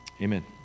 Amen